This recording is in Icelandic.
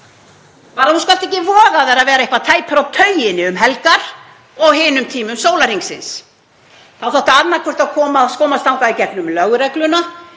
Þú skalt ekki voga þér að vera eitthvað tæpur á tauginni um helgar og á hinum tímum sólarhringsins. Þá þarftu annaðhvort að komast þangað í gegnum lögregluna